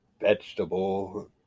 Vegetable